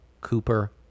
Cooper